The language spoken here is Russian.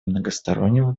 многостороннего